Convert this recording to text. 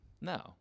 No